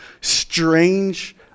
strange